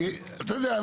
כי אתה יודע,